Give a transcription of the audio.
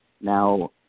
Now